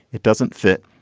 it doesn't fit.